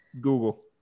google